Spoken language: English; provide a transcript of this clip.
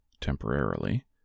temporarily